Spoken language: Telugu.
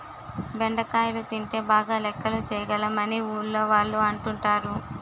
బెండకాయలు తింటే బాగా లెక్కలు చేయగలం అని ఊర్లోవాళ్ళు అంటుంటారు